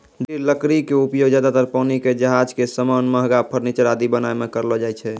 दृढ़ लकड़ी के उपयोग ज्यादातर पानी के जहाज के सामान, महंगा फर्नीचर आदि बनाय मॅ करलो जाय छै